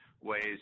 ways